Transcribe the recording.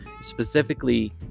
Specifically